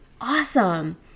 awesome